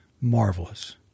marvelous